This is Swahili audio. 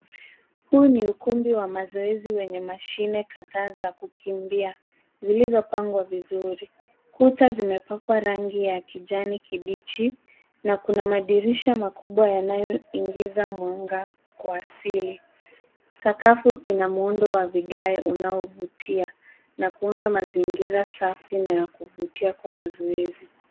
Huu ni ukumbi wa mazoezi wenye mashine kadhaa za kukimbia, zilizopangwa vizuri. Kuta zimepakwa rangi ya kijani kibichi, na kuna madirisha makubwa yanayoingiza mwangaza kwa asili. Sakafu ina muundo wa vigae unaovutia, na kuunda mazingira safi na ya kuvutia kwa mazoezi.